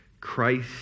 Christ